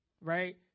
Right